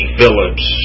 Phillips